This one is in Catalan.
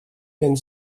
vent